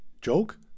Joke